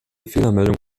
fehlermeldung